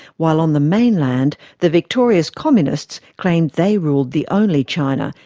while on the mainland the victorious communists claimed they ruled the only china,